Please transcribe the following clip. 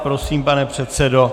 Prosím, pane předsedo.